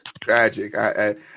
Tragic